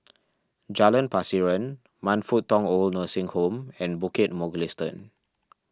Jalan Pasiran Man Fut Tong Old Nursing Home and Bukit Mugliston